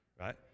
Right